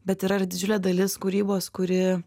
bet yra ir didžiulė dalis kūrybos kuri